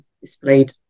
displayed